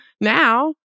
Now